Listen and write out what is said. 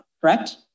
correct